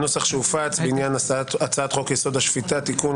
שהופץ בעניין חוק יסוד: השפיטה (תיקון,